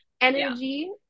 energy